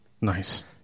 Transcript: Nice